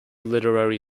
literary